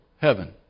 heaven